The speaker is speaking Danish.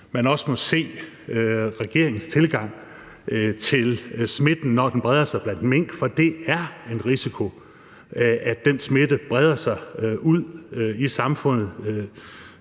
man også må se regeringens tilgang til smitten, når den breder sig blandt mink, for det er en risiko, at den smitte breder sig ud i samfundet.